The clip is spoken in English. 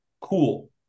Cool